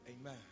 Amen